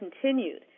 continued